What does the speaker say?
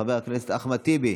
חבר הכנסת אחמד טיבי,